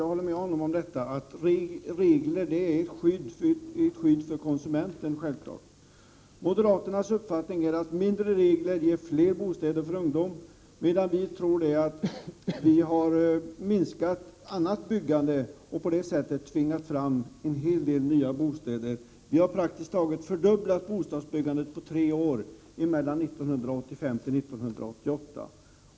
Jag håller med honom om att regler självfallet är ett skydd för konsumenten. Moderaternas uppfattning är att mindre regler ger fler bostäder för ungdom, medan vi tror att vi har minskat annat byggande och på det sättet tvingat fram en hel del nya bostäder. Vi har praktiskt taget fördubblat bostadsbyggandet på tre år, mellan 1985 och 1988.